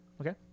Okay